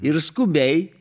ir skubiai